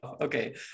Okay